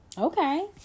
okay